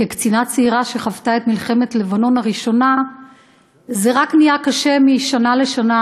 כקצינה צעירה שחוותה את מלחמת לבנון הראשונה זה רק נהיה קשה משנה לשנה,